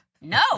No